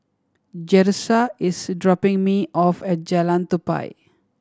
Jerusha is dropping me off at Jalan Tupai